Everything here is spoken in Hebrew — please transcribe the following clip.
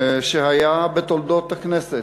שהיה בתולדות הכנסת,